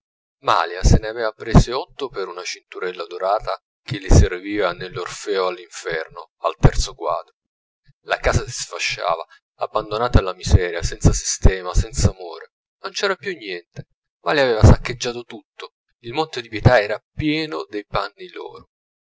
malia se ne avea prese otto per una cinturella dorata che le serviva nell'orfeo all'inferno al terzo quadro la casa si sfasciava abbandonata alla miseria senza sistema senz'amore non c'era più niente malia avea saccheggiato tutto il monte di pietà era pieno dei panni loro